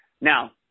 Now